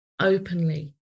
openly